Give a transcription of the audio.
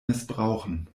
missbrauchen